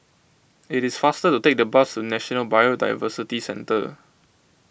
it is faster to take the bus to National Biodiversity Centre